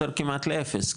או יותר כמעט לאפס,